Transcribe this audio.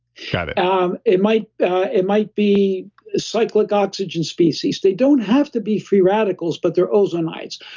got it um it might it might be cyclic oxygen species. they don't have to be free radicals, but they're ozonides.